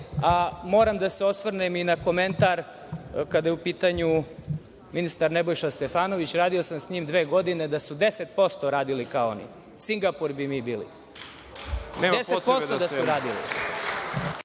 a moram da se osvrnem i na komentar, kada je u pitanju ministar Nebojša Stefanović, radio sam sa njim dve godine, da su 10% radili kao oni, Singapur bi mi bili. **Đorđe